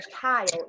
child